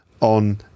on